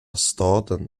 staden